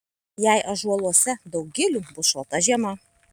jei ąžuoluose daug gilių bus šalta žiema